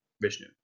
Vishnu